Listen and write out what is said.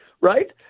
Right